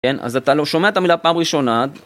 כן, אז אתה לא שומע את המילה פעם ראשונה.